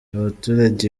abaturage